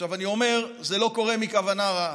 אומר שזה לא קורה לא מכוונה רעה,